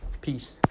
Peace